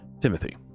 timothy